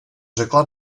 řekla